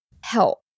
help